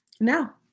Now